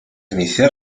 iniciar